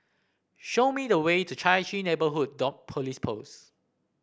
show me the way to Chai Chee Neighbourhood Dot Police Post